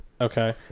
Okay